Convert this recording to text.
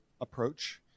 approach